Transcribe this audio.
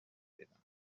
بدن